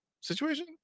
situation